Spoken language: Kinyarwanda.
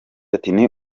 ati“ni